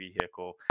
vehicle